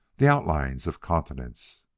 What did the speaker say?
the outlines of continents.